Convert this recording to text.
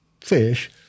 fish